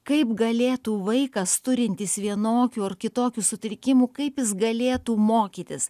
kaip galėtų vaikas turintis vienokių ar kitokių sutrikimų kaip jis galėtų mokytis